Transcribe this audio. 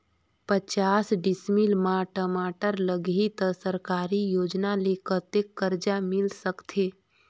पचास डिसमिल मा टमाटर लगही त सरकारी योजना ले कतेक कर्जा मिल सकथे?